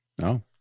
No